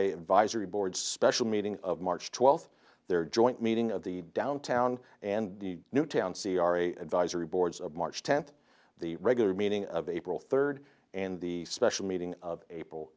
a advisory board special meeting of march twelfth their joint meeting of the downtown and the newtown c r a advisory boards of march tenth the regular meeting of april third and the special meeting of april